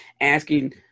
asking